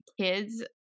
kids